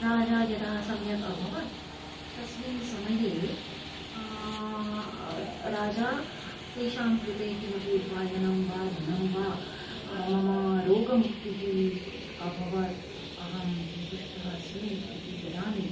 राजा यदा सम्यक् अभवत् तस्मिन् समये राजा तेषां कृते किमपि उपायनं वा धनं वा मम रोगमुक्तिः अभवत् अहं सन्तुष्टः अस्मि इति ददामि